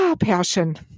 passion